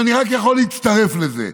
ואני רק יכול להצטרף לזה.